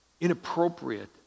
inappropriate